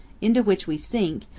into which we sink,